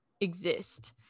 exist